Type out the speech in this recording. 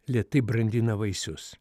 lėtai brandina vaisius